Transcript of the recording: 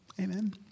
Amen